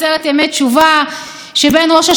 אולי בעצם אתן צודקות.